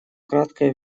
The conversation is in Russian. краткое